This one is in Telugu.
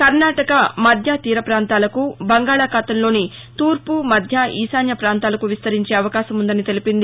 కర్ణాటక మధ్య తీర పాంతాలకూ బంగాళాఖాతంలోని తూర్పు మధ్య ఈశాన్య పొంతాలకూ విస్తరించే అవకాశముందని తెలిపింది